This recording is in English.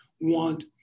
want